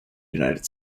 united